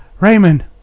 Raymond